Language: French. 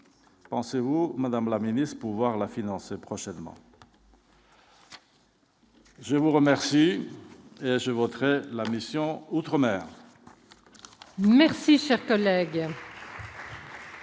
pensez-vous Madame la Ministre, pouvoir la financer prochainement. Je vous remercie, je voterai la mission outre-mer. Merci que la.